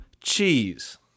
cheese